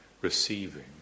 receiving